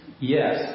yes